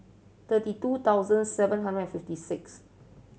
thirty two thousand seven hundred and fifty six